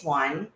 one